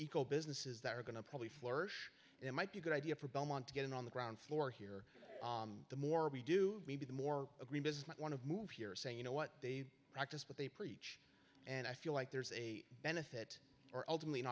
eco businesses that are going to probably flourish it might be a good idea for belmont to get in on the ground floor here the more we do maybe the more a green business want to move here saying you know what they practice what they preach and i feel like there's a benefit or ultimately an